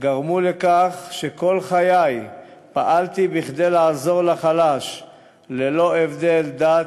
גרמו לכך שכל חיי פעלתי כדי לעזור לחלש ללא הבדל דת,